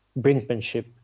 brinkmanship